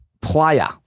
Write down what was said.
player